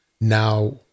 now